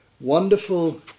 wonderful